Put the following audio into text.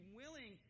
willing